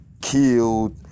killed